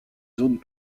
zones